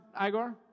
Igor